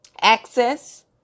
access